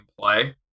play